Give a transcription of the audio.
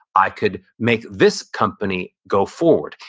i could make this company go forward.